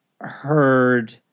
heard